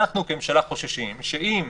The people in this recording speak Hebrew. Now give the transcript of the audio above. אנחנו כממשלה חוששים שאם